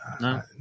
No